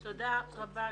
תודה רבה גברתי.